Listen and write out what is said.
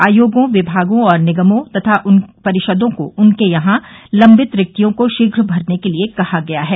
आयोगों विमागों और निगमों तथा परिषदों को उनके यहां लंबित रिक्तियों को शीघ्र भरने के लिये कहा गया है